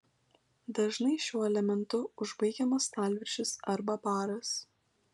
dažnai šiuo elementu užbaigiamas stalviršis arba baras